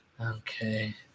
Okay